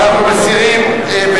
אנחנו מסירים.